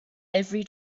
every